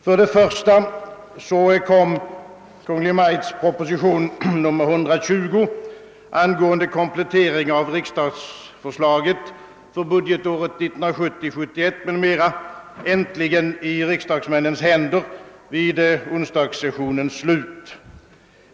För det första kom Kungl. Maj:ts proposition nr 120 angående komplettering av riksstatsförslaget för budgetåret 1970/71 äntligen i riksdagsmännens händer vid onsdagssessionens slut.